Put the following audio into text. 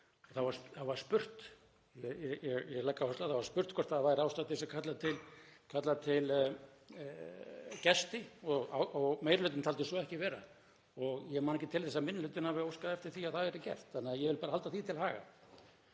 þá var spurt — ég legg áherslu á það var spurt — hvort það væri ástæða til þess að kalla til gesti og meiri hlutinn taldi svo ekki vera og ég man ekki til þess að minni hlutinn hafi óskað eftir því að það yrði gert. Ég vil bara halda því til haga.